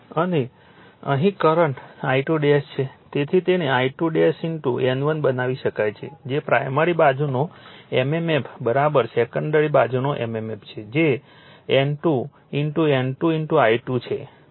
અને અહીં current I2 છે તેથી તેને I2 N1 બનાવી શકાય છે જે પ્રાઇમરી બાજુનો mmf સેકન્ડરી બાજુનો mmf છે જે N2 N2 I2 છે